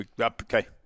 okay